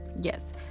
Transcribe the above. Yes